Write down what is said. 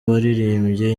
waririmbye